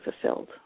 fulfilled